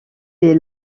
des